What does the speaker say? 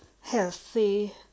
healthy